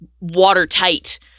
watertight